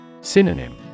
Synonym